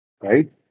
right